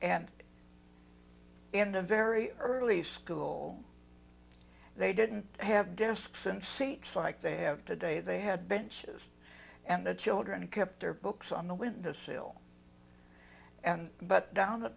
and in the very early school they didn't have desks and seats like they have today they had benches and the children kept their books on the window sill and but down